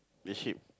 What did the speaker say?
the shape